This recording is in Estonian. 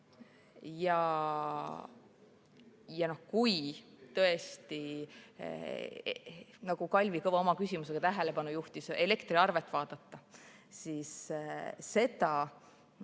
Ja tõesti, nagu Kalvi Kõva oma küsimusega tähelepanu juhtis, kui elektriarvet vaadata, siis